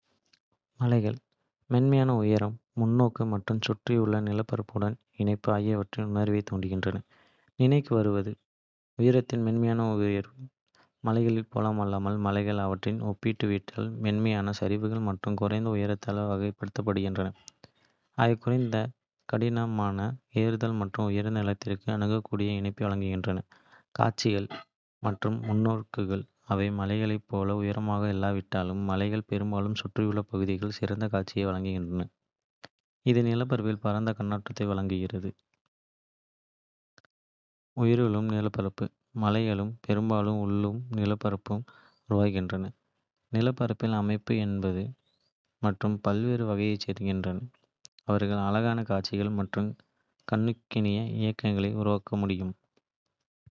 மலைகள் மென்மையான உயரம், முன்னோக்கு மற்றும் சுற்றியுள்ள நிலப்பரப்புடனான இணைப்பு ஆகியவற்றின் உணர்வைத் தூண்டுகின்றன. நினைவுக்கு வருவது இங்கே. உயரத்தில் மென்மையான உயர்வு மலைகளைப் போலல்லாமல், மலைகள் அவற்றின் ஒப்பீட்டளவில் மென்மையான சரிவுகள் மற்றும் குறைந்த உயரத்தால் வகைப்படுத்தப்படுகின்றன. அவை குறைந்த. கடினமான ஏறுதல் மற்றும் உயர்ந்த நிலத்திற்கு அணுகக்கூடிய இணைப்பை வழங்குகின்றன. காட்சிகள் மற்றும் முன்னோக்குகள் அவை மலைகளைப் போல உயரமாக இல்லாவிட்டாலும், மலைகள் பெரும்பாலும் சுற்றியுள்ள பகுதியின் சிறந்த காட்சிகளை வழங்குகின்றன, இது நிலப்பரப்பில் பரந்த. கண்ணோட்டத்தை வழங்குகிறது. உருளும் நிலப்பரப்புகள்: மலைகள் பெரும்பாலும் உருளும் நிலப்பரப்புகளை உருவாக்குகின்றன, நிலப்பரப்பில் அமைப்பு மற்றும் பல்வேறு வகைகளைச் சேர்க்கின்றன. அவர்கள் அழகான காட்சிகள். மற்றும் கண்ணுக்கினிய இயக்கிகளை உருவாக்க முடியும்.